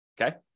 okay